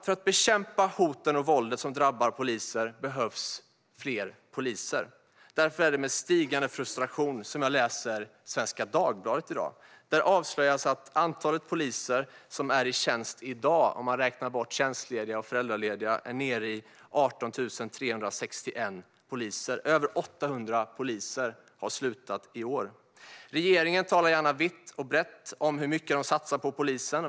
För att bekämpa hot och våld som drabbar poliser behövs fler poliser. Därför är det med stigande frustration som jag läser Svenska Dagbladet i dag. Där avslöjas att antalet poliser som är i tjänst i dag, om man räknar bort tjänstlediga och föräldralediga, är nere i 18 361. Över 800 poliser har slutat i år. Regeringen talar gärna vitt och brett om hur mycket de satsar på polisen.